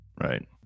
Right